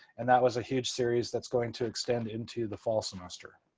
and that was a huge series that's going to extend into the fall semester.